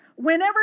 whenever